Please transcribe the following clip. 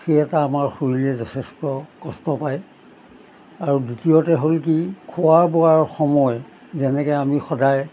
সেই এটা আমাৰ শৰীৰে যথেষ্ট কষ্ট পায় আৰু দ্বিতীয়তে হ'ল কি খোৱা বোৱাৰ সময় যেনেকৈ আমি সদায়